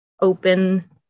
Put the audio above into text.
open